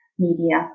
Media